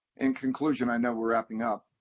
in conclusion, i know we're wrapping up